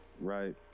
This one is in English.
Right